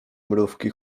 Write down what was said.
mrówki